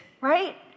right